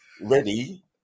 ready